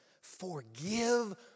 Forgive